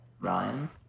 Ryan